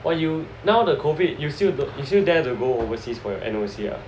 !wow! you now the COVID you still you still dare to go overseas for your N_O_C ah